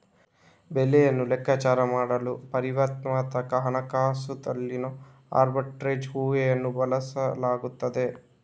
ಬೆಲೆಯನ್ನು ಲೆಕ್ಕಾಚಾರ ಮಾಡಲು ಪರಿಮಾಣಾತ್ಮಕ ಹಣಕಾಸುದಲ್ಲಿನೋ ಆರ್ಬಿಟ್ರೇಜ್ ಊಹೆಯನ್ನು ಬಳಸಲಾಗುತ್ತದೆ